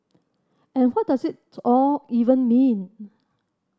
and what does it all even mean